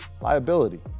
liability